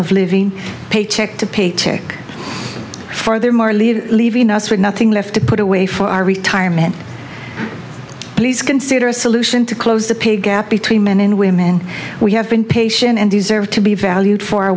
of living paycheck to paycheck furthermore leave leaving us with nothing left to put away for our retirement please consider a solution to close the pay gap between men and women we have been patient and deserve to be valued for